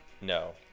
no